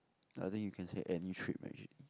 i think you can say any trip